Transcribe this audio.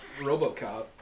RoboCop